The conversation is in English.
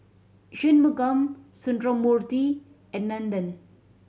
Shunmugam Sundramoorthy and Nandan